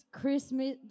Christmas